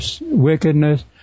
wickedness